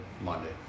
Monday